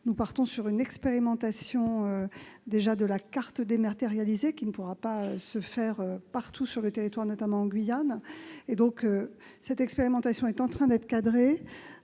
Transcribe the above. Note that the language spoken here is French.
Nous envisageons une expérimentation de la carte dématérialisée, qui ne pourra pas se faire partout sur le territoire, notamment en Guyane. Cette expérimentation est en train d'être organisée.